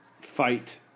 fight